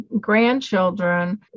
grandchildren